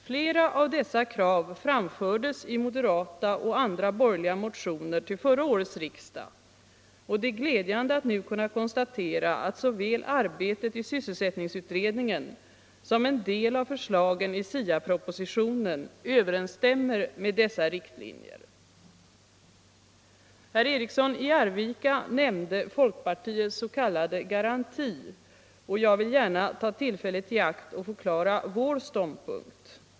Flera av dessa krav framfördes i moderata och andra borgerliga motioner till förra årets riksmöte, och det är glädjande att nu kunna konstatera att såväl arbetet i sysselsättningsutredningen som en del av förslagen 1 SIA-propositionen överensstämmer med dessa riktlinjer. Herr Eriksson i Arvika nämnde folkpartiets s.k. garanti, och jag vill gärna ta tillfället i akt att förklara vår ståndpunkt.